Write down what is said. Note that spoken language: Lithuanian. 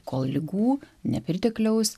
kol ligų nepritekliaus